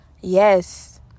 Yes